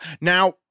Now